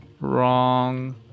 wrong